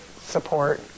support